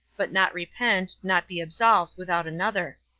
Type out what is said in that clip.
but not repent, not be absolved, without another.